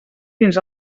fins